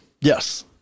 Yes